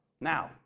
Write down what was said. Now